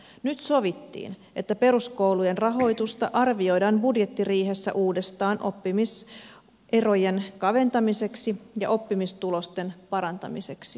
nyt sovittiin että peruskoulujen rahoitusta arvioidaan budjettiriihessä uudestaan oppimiserojen kaventamiseksi ja oppimistulosten parantamiseksi